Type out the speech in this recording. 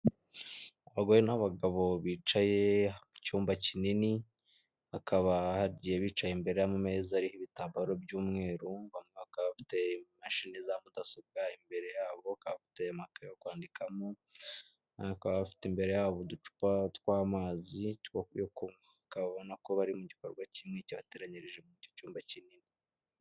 Abagore n'abagabo bicaye mu cyumba kinini, bakaba bagiye bicaye imbere y'ameza ariho ibitambaro by'umweru, bamwe bakaba bafite imashini za mudasobwa imbere yabo, bakaba bafite amakereyo yo kwandikamo, bamwe bakaba bafite imbere yabo uducupa tw'amazi yo kunywa, ukaba ubona ko bari mu gikorwa kimwe cyabateranyirije muri iki cyumba kinini.